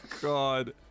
God